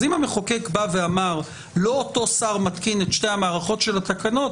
אז אם המחוקק אמר: לא אותו שר מתקין את שתי המערכות של התקנות,